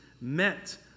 met